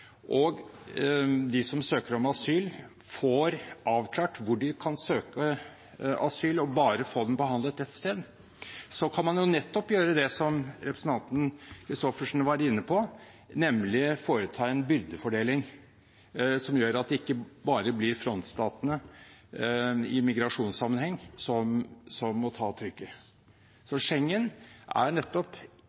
og de som søker om asyl, får avklart hvor de kan søke om asyl og få det behandlet bare ett sted, nettopp kan gjøre det som representanten Christoffersen var inne på, nemlig å foreta en byrdefordeling som gjør at det ikke blir bare frontstatene i migrasjonssammenheng som må ta trykket. Schengen er